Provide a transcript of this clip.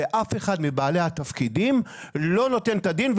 אף אחד מבעלי התפקידים לא נותן את הדין.